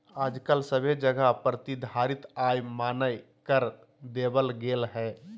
आजकल सभे जगह प्रतिधारित आय मान्य कर देवल गेलय हें